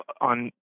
on